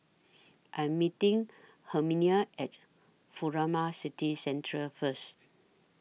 I'm meeting Herminia At Furama City Centre First